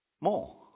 more